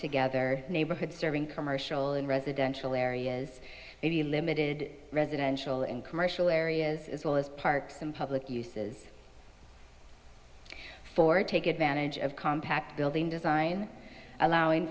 together neighborhood serving commercial and residential areas very limited residential and commercial areas as well as parks and public uses for take advantage of compact building design allowing